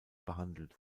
behandelt